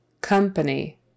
COMPANY